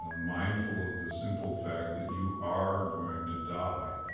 ah mindful of the simple fact that you are going to die,